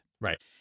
Right